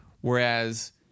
Whereas